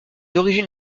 origines